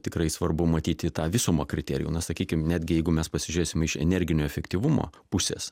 tikrai svarbu matyti tą visumą kriterijų na sakykim netgi jeigu mes pasižiūrėsim iš energinio efektyvumo pusės